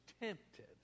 tempted